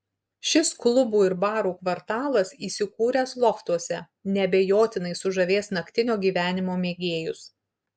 šis klubų ir barų kvartalas įsikūręs loftuose neabejotinai sužavės naktinio gyvenimo mėgėjus